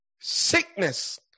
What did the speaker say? Sickness